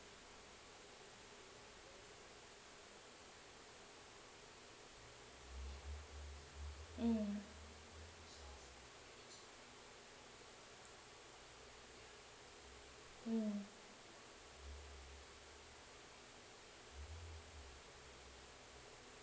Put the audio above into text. mm mm